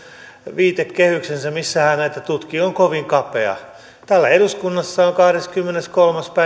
viitekehyksensä missä hän näitä tutkii on kovin kapea täällä eduskunnassa on kahdeskymmeneskolmas